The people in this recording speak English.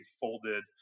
folded